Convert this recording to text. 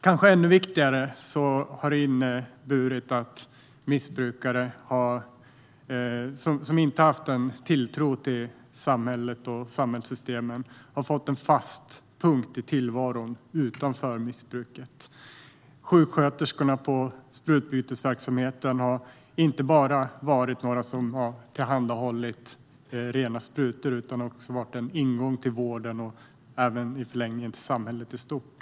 Kanske ännu viktigare har den inneburit att missbrukare som inte har haft en tilltro till samhället och samhällssystemen har fått en fast punkt i tillvaron utanför missbruket. Sjuksköterskorna på sprututbytesverksamheten har inte bara varit några som har tillhandahållit rena sprutor, utan de har också varit en ingång till vården och i förlängningen till samhället i stort.